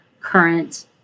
current